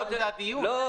לא,